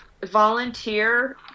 volunteer